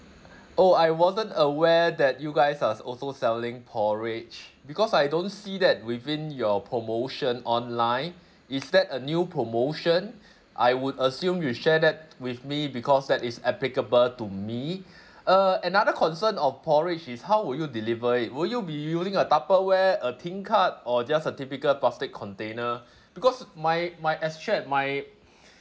oh I wasn't aware that you guys are also selling porridge because I don't see that within your promotion online is that a new promotion I would assume you share that with me because that is applicable to me uh another concern of porridge is how would you deliver it will you be using a tupperware a tingkat or just a typical plastic container because my my as shared my